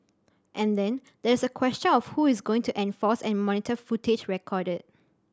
and then there's the question of who is going to enforce and monitor footage recorded